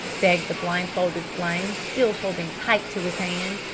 begged the blindfolded flame, still holding tight to his hand.